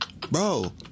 Bro